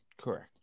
Correct